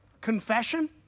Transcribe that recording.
confession